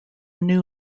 new